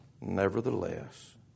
nevertheless